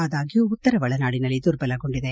ಆದಾಗ್ಯೂ ಉತ್ತರ ಒಳನಾಡಿನಲ್ಲಿ ದುರ್ಬಲಗೊಂಡಿದೆ